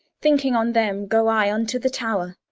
thinking on them, go i unto the tower.